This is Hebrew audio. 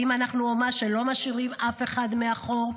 האם אנחנו אומה שלא משאירה אף אחד מאחור?